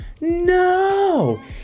No